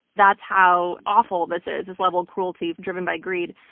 that's how awful this is, this level of cruelty driven by greed.